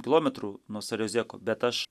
kilometrų nuo sariozeko bet aš